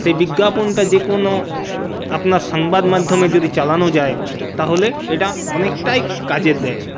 সেই বিজ্ঞাপনটা যেকোনো আপনার সংবাদ মাধ্যমে যদি চালানো যায় তাহলে এটা অনেকটাই কাজে দেয়